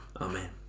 Amen